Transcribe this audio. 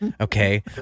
okay